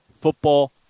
Football